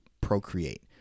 procreate